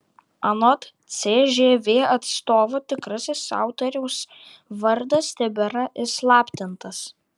anot cžv atstovo tikrasis autoriaus vardas tebėra įslaptintas